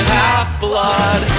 half-blood